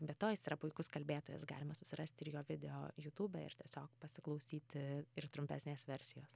be to jis yra puikus kalbėtojas galima susirasti ir jo video jutube ir tiesiog pasiklausyti ir trumpesnės versijos